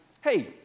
hey